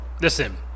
listen